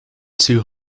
two